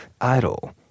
Idol